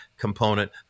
component